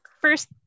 first